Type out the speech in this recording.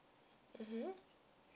mmhmm